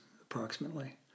approximately